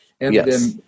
Yes